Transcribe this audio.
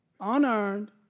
unearned